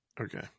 Okay